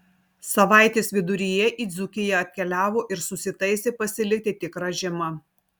savaitės viduryje į dzūkiją atkeliavo ir susitaisė pasilikti tikra žiema